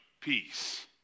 peace